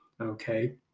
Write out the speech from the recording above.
okay